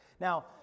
Now